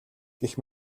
гэх